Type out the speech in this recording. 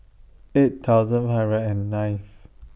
eight thousand hundred and nineth